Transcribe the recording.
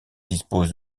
dispose